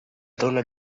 dóna